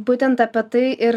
būtent apie tai ir